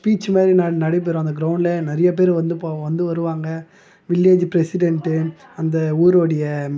speech மாதிரி ந நடைபெறும் அந்த கிரௌண்ட்டில் நிறைய பேர் வந்து போ வந்து வருவாங்க வில்லேஜு ப்ரசிடண்ட்டு அந்த ஊருடைய